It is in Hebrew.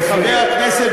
זה מפריע.